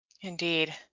Indeed